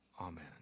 Amen